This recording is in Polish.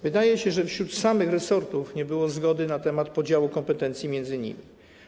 Wydaje się, że w samych resortach nie było zgody na temat podziału kompetencji między nimi.